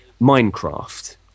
Minecraft